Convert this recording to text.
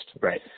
Right